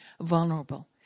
vulnerable